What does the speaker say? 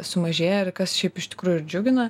sumažėję ir kas šiaip iš tikrųjų ir džiugina